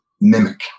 mimic